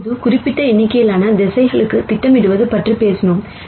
இப்போது குறிப்பிட்ட எண்ணிக்கையிலான திசைகளுக்குத் திட்டமிடுவது பற்றி பேசினோம்